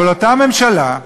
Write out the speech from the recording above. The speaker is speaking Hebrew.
אבל אותה ממשלה,